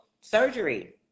surgery